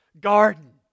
garden